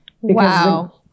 Wow